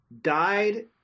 died